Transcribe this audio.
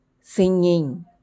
singing